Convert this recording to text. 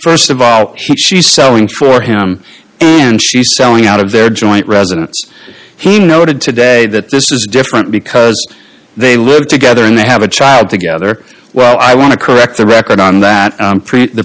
st of all she's selling for him and she selling out of their joint residence he noted today that this is different because they live together and they have a child together well i want to correct the record on that